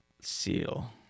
seal